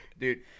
Dude